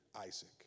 Isaac